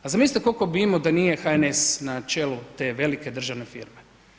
A zamislite koliko bi imao da nije HNS na čelu te velike državne firme?